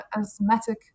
asthmatic